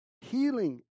healing